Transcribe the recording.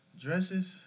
dresses